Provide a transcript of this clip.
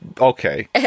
okay